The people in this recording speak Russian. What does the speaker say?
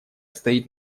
стоит